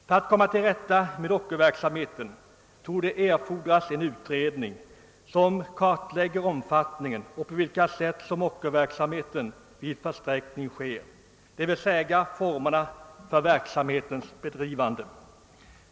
För att komma till rätta med ockerverksamheten torde erfordras en utredning som kartlägger verksamhetens omfattning och visar på vilka sätt ockerverksamhet vid försträckning sker, d.v.s. formerna för verksamhetens bedrivande.